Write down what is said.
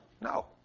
No